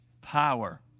power